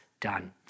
Done